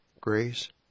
grace